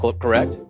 correct